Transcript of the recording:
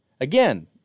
Again